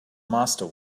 master